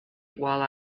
while